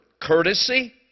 courtesy